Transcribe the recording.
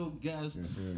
guest